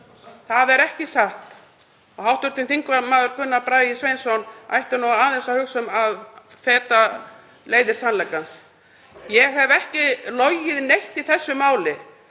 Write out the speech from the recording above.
Það er ekki satt. Hv. þm. Gunnar Bragi Sveinsson ætti aðeins að hugsa um að feta leiðir sannleikans. Ég hef ekki logið neitt í þessu máli.